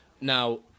Now